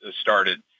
started